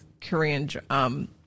Korean